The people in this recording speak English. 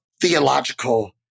theological